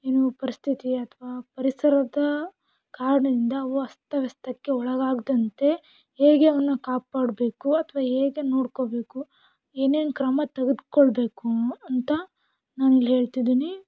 ಏನು ಪರಿಸ್ಥಿತಿ ಅಥವಾ ಪರಿಸರದ ಕಾರಣದಿಂದ ಅವು ಅಸ್ತವ್ಯಸ್ತಕ್ಕೆ ಒಳಗಾಗದಂತೆ ಹೇಗೆ ಅವನ್ನ ಕಾಪಾಡಬೇಕು ಅಥವಾ ಹೇಗೆ ನೋಡ್ಕೋಬೇಕು ಏನೇನು ಕ್ರಮ ತೆಗೆದ್ಕೊಳ್ಬೇಕು ಅಂತ ನಾನು ಇಲ್ಲಿ ಹೇಳ್ತಿದ್ದೀನಿ